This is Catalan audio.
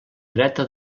dreta